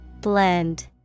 blend